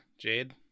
Jade